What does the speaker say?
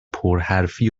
پرحرفی